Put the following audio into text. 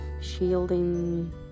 shielding